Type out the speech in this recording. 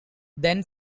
then